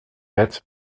bed